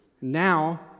Now